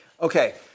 Okay